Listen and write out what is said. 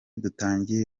dutangiye